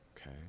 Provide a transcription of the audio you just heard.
okay